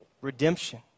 redemption